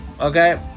okay